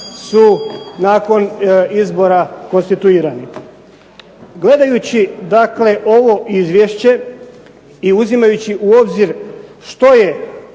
su nakon izbora konstituirani. Gledajući ovo izvješće i uzimajući u obzir što je